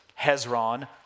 Hezron